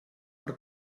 per